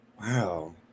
Wow